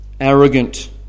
Arrogant